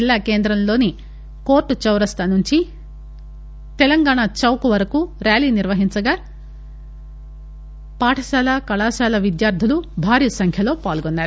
జిల్లా కేంద్రం లోని కోర్టు చౌరస్తా నుండి తెలంగాణ చౌక్ వరకు ర్కాలీ నిర్వహించగా పాఠశాల కళాశాల విద్యార్థులు భారీ సంఖ్యలో పాల్గొన్నారు